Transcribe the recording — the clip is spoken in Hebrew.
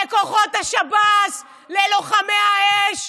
לכוחות השב"ס, ללוחמי האש,